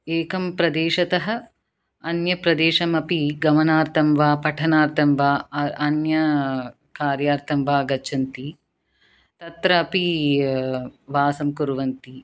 एकं प्रदेशतः अन्यप्रदेशम् अपि गमनार्थं वा पठनार्थं वा अ अन्य कार्यार्थं वा गच्छन्ति तत्रापि वासं कुर्वन्ति